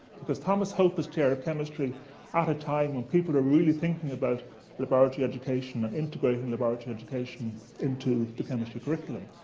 because thomas hope was chair of chemistry at a time when people are really thinking about laboratory education and integrating laboratory education into the chemistry curriculum.